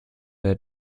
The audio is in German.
der